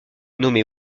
nommé